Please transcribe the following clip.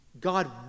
God